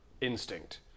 instinct